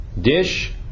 dish